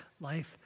life